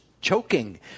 choking